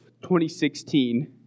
2016